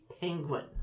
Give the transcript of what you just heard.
penguin